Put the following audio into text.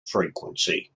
frequency